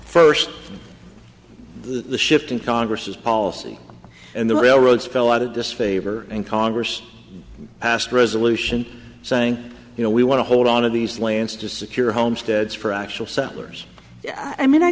first the shift in congress's policy and the railroads fell out of disfavor and congress passed a resolution saying you know we want to hold on of these lands to secure homesteads for actual settlers i mean i